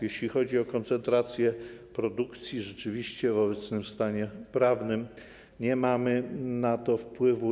Jeśli chodzi o koncentrację produkcji, rzeczywiście w obecnym stanie prawnym nie mamy na to wpływu.